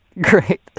Great